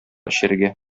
эчәргә